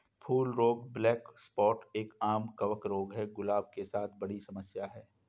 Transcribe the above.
फूल रोग black spot एक, आम कवक रोग है, गुलाब के साथ बड़ी समस्या है